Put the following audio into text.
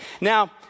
Now